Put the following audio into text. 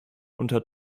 unter